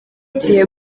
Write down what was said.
gihe